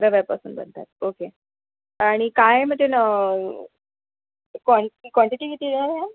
रव्यापासून बनतात ओके आणि काय म्हणजे क्वां क्वांटिटी किती देणार आहे ह्यात